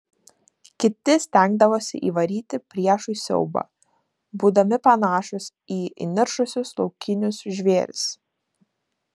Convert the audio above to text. kiti stengdavosi įvaryti priešui siaubą būdami panašūs į įniršusius laukinius žvėris